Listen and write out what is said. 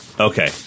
Okay